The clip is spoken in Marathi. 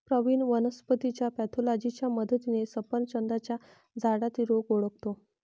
प्रवीण वनस्पतीच्या पॅथॉलॉजीच्या मदतीने सफरचंदाच्या झाडातील रोग ओळखतो